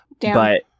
but-